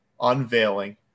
unveiling